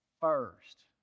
first